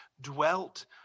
dwelt